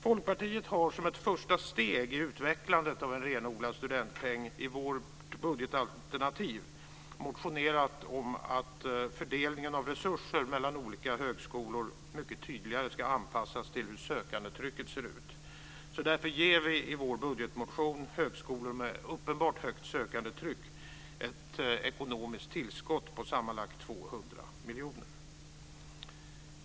Folkpartiet har som ett första steg i utvecklandet av en renodlad studentpeng i vårt budgetalternativ motionerat om att fördelningen av resurser mellan olika högskolor mycket tydligare ska anpassas till hur sökandetrycket ser ut. Därför ger vi i vår budgetmotion högskolor med uppenbart högt sökandetryck ett ekonomiskt tillskott på sammanlagt 200 miljoner utöver regeringens förslag.